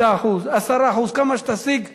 5%, 10%, כמה שתשיג תבורך,